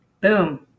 Boom